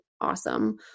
awesome